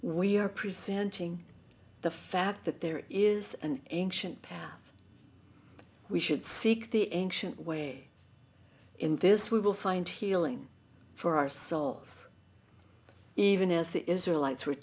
we are presenting the fact that there is an ancient path we should seek the ancient way in this we will find healing for our souls even as the israelites were